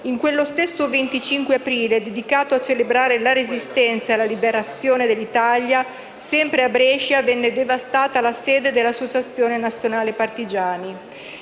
In quello stesso 25 aprile, dedicato a celebrare la resistenza e la liberazione dell'Italia, sempre a Brescia venne devastata la sede dell'Associazione nazionale partigiani.